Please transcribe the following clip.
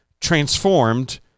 transformed